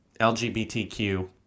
LGBTQ